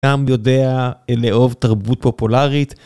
גם יודע לאהוב תרבות פופולרית.